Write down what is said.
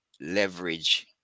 leverage